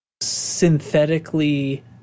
synthetically